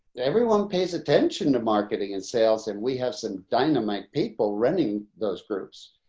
everyone pays attention to marketing and sales, and we have some dynamite people running those groups.